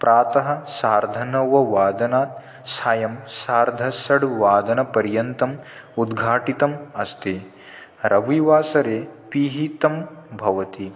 प्रातः सार्धनववादनात् सायं सार्धषड्वादनपर्यन्तम् उद्घाटितम् अस्ति रविवासरे पिहितं भवति